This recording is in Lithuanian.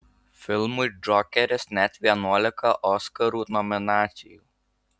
filmui džokeris net vienuolika oskarų nominacijų